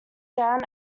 down